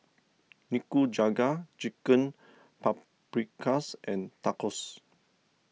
Nikujaga Chicken Paprikas and Tacos